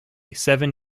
seven